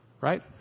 right